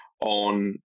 on